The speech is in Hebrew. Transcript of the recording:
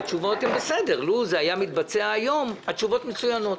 והתשובות הן בסדר לוּ זה היה מתבצע היום התשובות מצוינות.